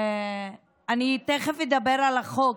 אני תכף אדבר על החוק,